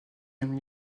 même